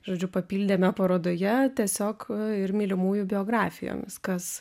žodžiu papildėme parodoje tiesiog ir mylimųjų biografijomis kas